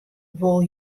wol